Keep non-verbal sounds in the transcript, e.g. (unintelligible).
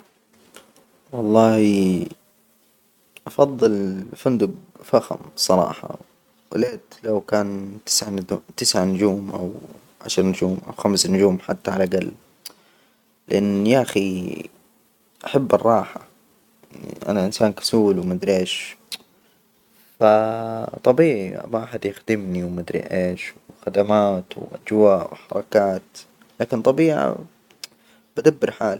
والله أفضل فندج فخم، صراحة وياليت لو كان تسع (unintelligible) تسع نجوم أو عشر نجوم أو خمس نجوم حتى على الأجل، لأن يا أخي أحب الراحة، أنا إنسان كسول وما أدري إيش، فطبيعي ما حد يخدمني ومادري إيش، وخدمات وأجواء وحركات، لكن طبيعة بدبر حالي.